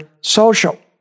social